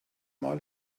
mal